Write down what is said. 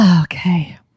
okay